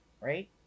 Right